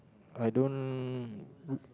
I don't